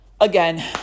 again